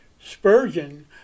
Spurgeon